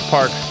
Park